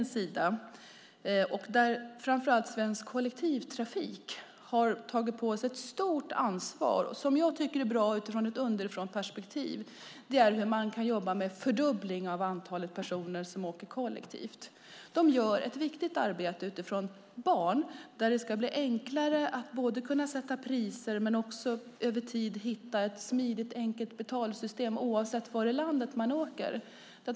Svensk Kollektivtrafik har tagit på sig ett stort ansvar för hur man kan jobba för en fördubbling av antalet personer som åker kollektivt, och det är bra ur ett underifrånperspektiv. Man gör ett viktigt arbete när det gäller barn. Det ska bli enklare att både sätta priser och över tid hitta ett enkelt och smidigt betalsystem oavsett var i landet man åker.